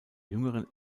jüngeren